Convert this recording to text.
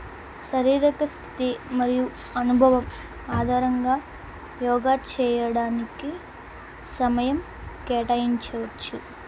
శారీరక స్థితి మరియు అనుభవం ఆధారంగా యోగా చేయడానికి సమయం కేటాయించవచ్చు